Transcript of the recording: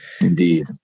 indeed